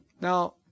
Now